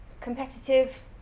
competitive